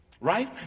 Right